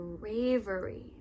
bravery